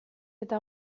eta